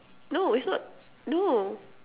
no it's not no